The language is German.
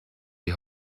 die